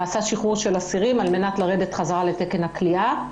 נעשה שחרור של אסירים על מנת לרדת בחזרה לתקן הכליאה.